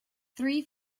three